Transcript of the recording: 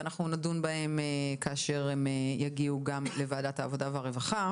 ואנחנו נדון בהן כאשר הן יגיעו לוועדת העבודה והרווחה.